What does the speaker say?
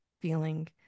feeling